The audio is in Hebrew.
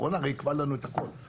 הקורונה הרי עיכבה לנו את הכול.